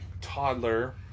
toddler